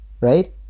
Right